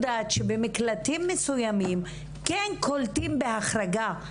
שבמקלטים מסוימים קולטים בהחרגה,